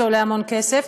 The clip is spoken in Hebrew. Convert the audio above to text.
זה עולה המון כסף,